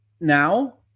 now